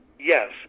Yes